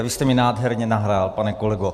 Vy jste mi nádherně nahrál, pane kolego.